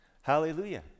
Hallelujah